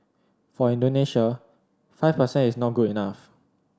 for Indonesia five per cent is not good enough